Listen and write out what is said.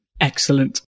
excellent